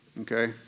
okay